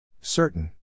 Certain